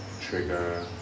trigger